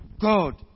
God